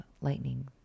lightning